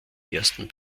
ersten